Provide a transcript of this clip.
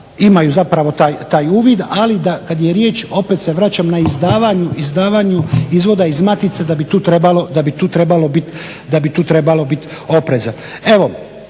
imaju zapravo taj uvid, ali da kad je riječ opet se vraćam na izdavanju izvoda iz matice, da bi tu trebalo bit opreza.